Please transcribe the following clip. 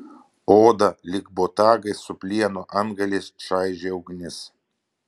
odą lyg botagai su plieno antgaliais čaižė ugnis